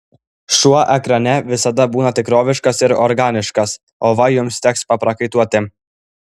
šuo ekrane visada būna tikroviškas ir organiškas o va jums teks paprakaituoti